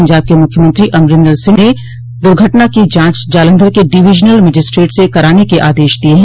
पंजाब के मुख्यमंत्री अमरिन्दर सिंह ने दुर्घटना की जांच जालंधर के डिवीजनल मजिस्ट्रेट से कराने के आदेश दिये है